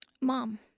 Mom